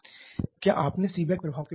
क्या आपने Seebeck प्रभाव के बारे में सुना है